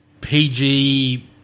PG